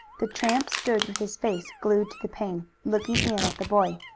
the tramp stood with his face glued to the pane, looking in at the boy.